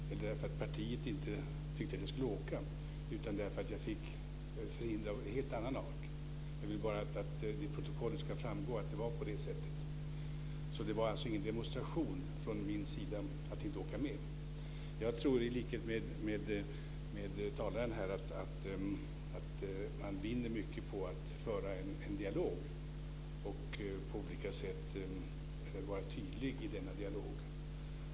Fru talman! Jag var den parlamentariker som skulle ha rest till Kina. Jag vill säga att anledningen till att jag inte åkte inte var att jag inte ville åka eller att partiet tyckte att jag inte skulle åka utan att jag fick förhinder av helt annan art. Jag vill bara att det i protokollet ska framgå att det var på det sättet. Det var alltså ingen demonstration från min sida att inte åka med. Jag tror i likhet med talaren att man vinner mycket på att föra en dialog och på olika sätt vara tydlig i denna dialog.